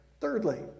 Thirdly